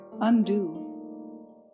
undo